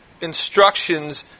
instructions